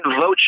vote